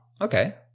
Okay